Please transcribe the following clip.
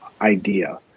idea